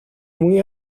muy